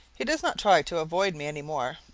he does not try to avoid me any more,